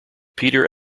peter